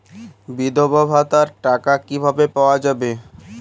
বিধবা ভাতার টাকা কিভাবে পাওয়া যাবে?